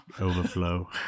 overflow